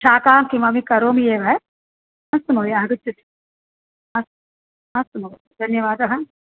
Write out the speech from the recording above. शाकं किमपि करोमि एव अस्तु महोदय आगच्छतु अस्तु अस्तु महोदय धन्यवादः धन्यवादः